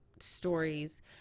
stories